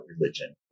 religion